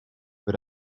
but